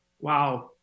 wow